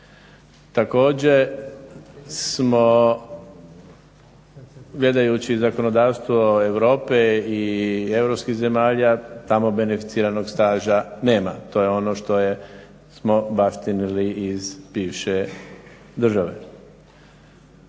Također smo gledajući zakonodavstvo Europe i europskih zemalja tamo beneficiranog staža nema. To je ono što smo baštinili iz bivše države.